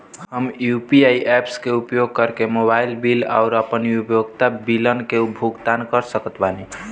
हम UPI apps के उपयोग करके मोबाइल बिल आउर अन्य उपयोगिता बिलन के भुगतान कर सकत बानी